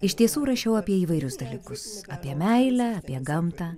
iš tiesų rašiau apie įvairius dalykus apie meilę apie gamtą